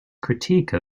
critique